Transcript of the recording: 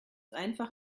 einfach